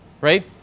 Right